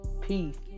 Peace